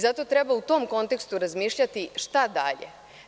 Zato treba u tom kontekstu razmišljati šta dalje.